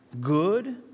good